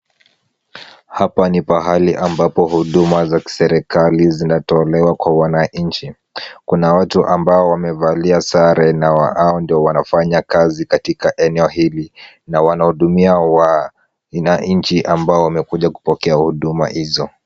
Hapa ni pahali ambapo huduma za kiserikali zinatolewa kwa wananchi. Kuna watu ambao wamevalia sare na hao ndio wanafanya kazi katika eneo hili na wanahudumia wananchi ambao wamekuja kupokea huduma hizo.